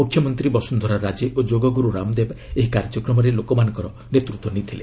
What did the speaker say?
ମୁଖ୍ୟମନ୍ତ୍ରୀ ବସୁନ୍ଧରା ରାଜେ ଓ ଯୋଗଗୁରୁ ରାମଦେବ ଏହି କାର୍ଯ୍ୟକ୍ରମରେ ଲୋକମାନଙ୍କର ନେତୃତ୍ୱ ନେଇଥିଲେ